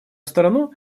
страну